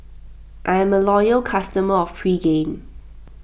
I'm a loyal customer of Pregain